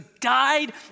died